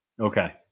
Okay